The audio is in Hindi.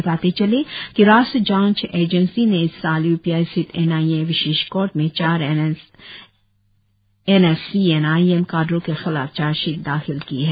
बता दे कि राष्ट्रीय जांच एजेंसी ने इस साल यूपिया स्थित एन आई ए विशेष कार्टे में चार N S C N IM काडरो के खिलाफ चार्ज शीट दाखिल की है